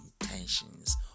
intentions